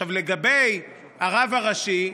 עכשיו לגבי הרב הראשי,